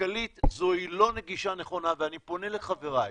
כלכלית זו לא גישה נכונה ואני פונה לחבריי,